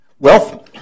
Wealth